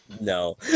No